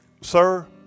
sir